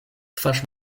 twarz